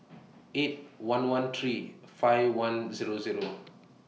eight one one three five one Zero Zero